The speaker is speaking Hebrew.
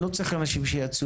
אני לא צריך אנשים שיצומו,